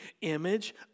image